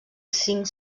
cinc